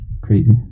Crazy